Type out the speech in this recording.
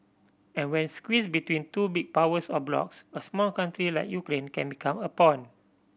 and when squeezed between two big powers or blocs a smaller country like Ukraine can became a pawn